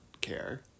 care